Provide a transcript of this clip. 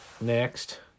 Next